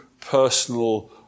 personal